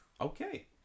Okay